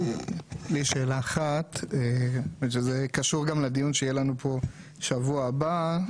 לי יש שאלה אחת שזה קשור גם לדיון שיהיה לנו פה שבוע הבא,